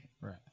right